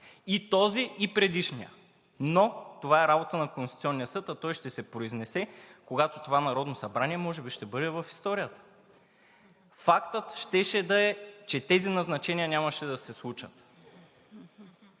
и този, и предишният. Но това е работа на Конституционния съд, а той ще се произнесе, когато това Народно събрание може би ще бъде в историята. Фактът щеше да е, че тези назначения нямаше да се случат.